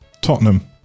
Tottenham